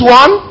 one